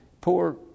poor